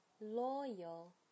Loyal